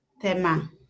Tema